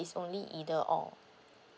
is only either or